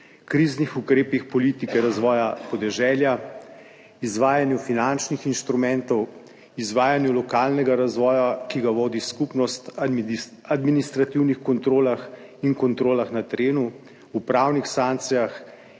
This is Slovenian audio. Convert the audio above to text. kriznih ukrepih politike razvoja podeželja, izvajanju finančnih inštrumentov, izvajanju lokalnega razvoja, ki ga vodi skupnost, administrativnih kontrolah in kontrolah na terenu, upravnih sankcijah,